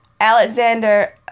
Alexander